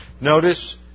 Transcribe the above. Notice